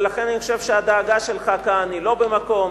ולכן אני חושב שהדאגה שלך כאן היא לא במקום.